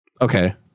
Okay